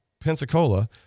Pensacola